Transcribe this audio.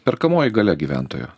perkamoji galia gyventojų